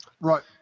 Right